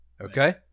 Okay